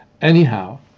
Anyhow